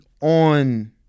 on